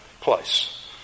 place